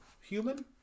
human